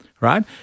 right